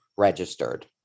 registered